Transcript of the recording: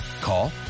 Call